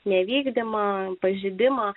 nevykdymą pažeidimą